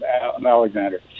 Alexander